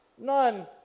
None